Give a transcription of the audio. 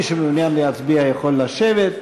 מי שמעוניין להצביע יכול לשבת.